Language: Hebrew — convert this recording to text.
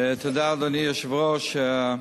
תודה, אדוני היושב-ראש.